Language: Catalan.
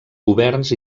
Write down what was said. governs